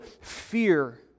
fear